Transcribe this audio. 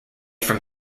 from